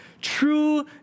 True